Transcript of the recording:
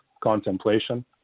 contemplation